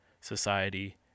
society